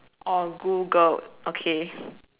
or Googled okay